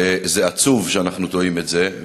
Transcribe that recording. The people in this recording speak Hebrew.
ועצוב שאנחנו תוהים את זה.